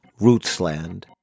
Rootsland